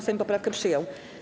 Sejm poprawkę przyjął.